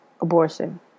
abortion